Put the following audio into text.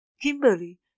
Kimberly